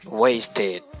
wasted